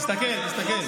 תסתכל.